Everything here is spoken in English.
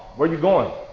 where are you going?